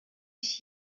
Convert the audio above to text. ich